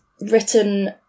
written